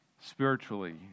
spiritually